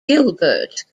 gilbert